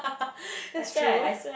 that's true